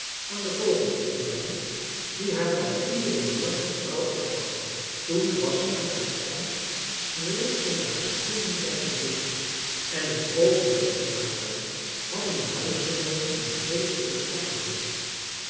aan de vogeltjes te brengen die haar daar iederen morgen trouw opwachtten toen was er naar t schijnt sneeuw onder haar schoenen blijven zitten en een oogenblik later hadden de huisgenooten een vreeselijken slag gehoord